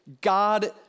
God